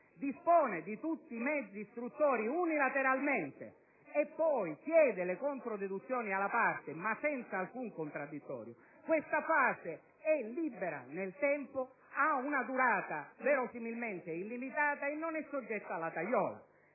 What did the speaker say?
dispone di tutti i mezzi istruttori unilateralmente e poi chiede le controdeduzioni alla parte, ma senza alcun contraddittorio, questa fase è libera nel tempo, ha una durata verosimilmente illimitata e non è soggetta alla tagliola.